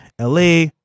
LA